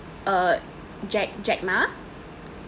uh jack jack ma